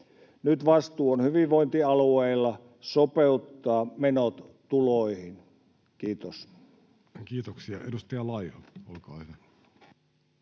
Nyt vastuu on hyvinvointialueilla sopeuttaa menot tuloihin. — Kiitos. Kiitoksia. — Edustaja Laiho, olkaa hyvä.